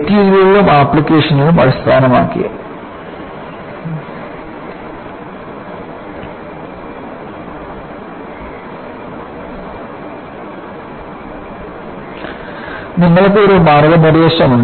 മെറ്റീരിയലുകളും അപ്ലിക്കേഷനുകളും അടിസ്ഥാനമാക്കി നിങ്ങൾക്ക് ഒരു മാർഗ്ഗനിർദ്ദേശമുണ്ട്